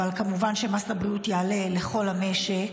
אבל כמובן שמס הבריאות יעלה לכל המשק.